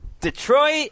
Detroit